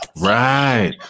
right